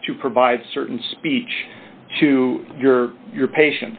have to provide certain speech to your your patients